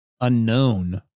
Unknown